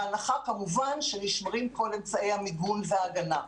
בהנחה כמובן שנשמרים כל אמצעי המיגון וההגנה.